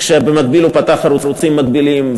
כשבמקביל הוא פתח ערוצים מקבילים.